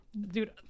dude